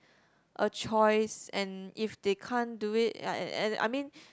a choice and if they can't do it ya ya and I mean